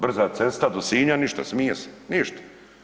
Brza cesta do Sinja, ništa, smije se, ništa.